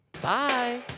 Bye